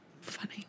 funny